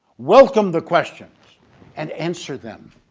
welcome the questions and answer them.